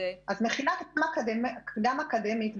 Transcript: המכינה הקדם אקדמית,